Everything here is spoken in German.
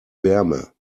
wärme